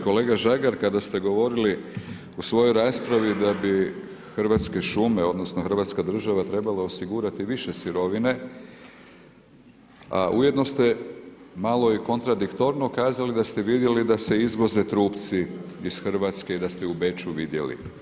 Kolega Žagar, kada ste govorili u svojoj raspravi da bi Hrvatske šume, odnosno Hrvatska država trebala osigurati više sirovine, a ujedno ste malo i kontradiktorno kazali da ste vidjeli da se izvoze trupci iz Hrvatske i da ste u Beču vidjeli.